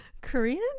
korean